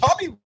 tommy